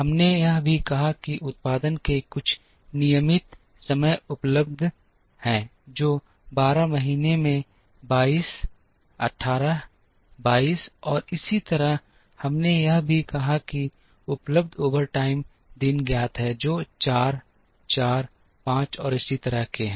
हमने यह भी कहा कि उत्पादन के कुछ नियमित समय उपलब्ध हैं जो 12 महीने में 22 18 22 और इसी तरह हमने यह भी कहा कि उपलब्ध ओवरटाइम दिन ज्ञात हैं जो 4 4 5 और इसी तरह के हैं